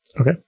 Okay